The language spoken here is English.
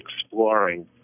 exploring